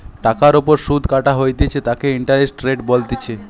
টাকার ওপর সুধ কাটা হইতেছে তাকে ইন্টারেস্ট রেট বলতিছে